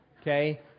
Okay